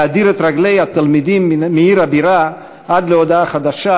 להדיר את רגלי התלמידים מעיר הבירה עד להודעה חדשה,